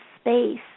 space